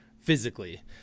physically